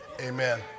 amen